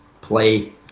play